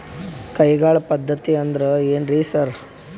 ಕೈಗಾಳ್ ಪದ್ಧತಿ ಅಂದ್ರ್ ಏನ್ರಿ ಸರ್?